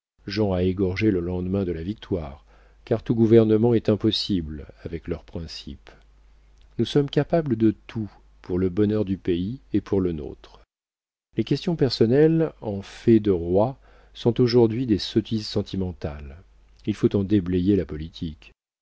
à égorger le lendemain de la victoire car tout gouvernement est impossible avec leurs principes nous sommes capables de tout pour le bonheur du pays et pour le nôtre les questions personnelles en fait de roi sont aujourd'hui des sottises sentimentales il faut en déblayer la politique